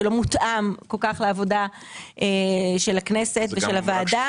שלא מותאם כל-כך לעבודה של הכנסת ושל הוועדה.